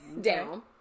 down